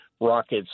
rockets